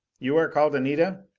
you are called anita?